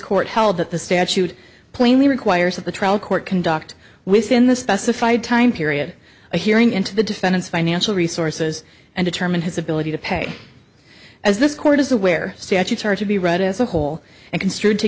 court held that the statute plainly requires that the trial court conduct within the specified time period a hearing into the defendant's financial resources and determine his ability to pay as this court is aware statutes are to be read as a whole and construed to